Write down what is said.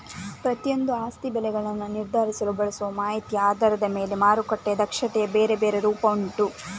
ಪ್ರತಿಯೊಂದೂ ಆಸ್ತಿ ಬೆಲೆಗಳನ್ನ ನಿರ್ಧರಿಸಲು ಬಳಸುವ ಮಾಹಿತಿಯ ಆಧಾರದ ಮೇಲೆ ಮಾರುಕಟ್ಟೆಯ ದಕ್ಷತೆಯ ಬೇರೆ ಬೇರೆ ರೂಪ ಉಂಟು